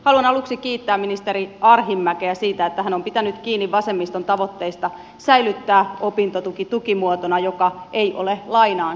haluan aluksi kiittää ministeri arhinmäkeä siitä että hän on pitänyt kiinni vasemmiston tavoitteista säilyttää opintotuki tukimuotona joka ei ole lainaan sidonnainen